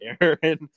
Aaron